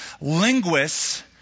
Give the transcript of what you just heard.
Linguists